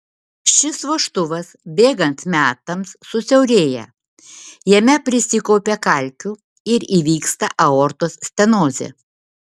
šis vožtuvas bėgant metams susiaurėja jame prisikaupia kalkių ir įvyksta aortos stenozė